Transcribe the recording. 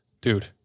dude